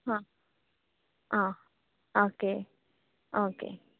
हां आं okay okay